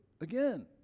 again